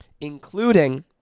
Including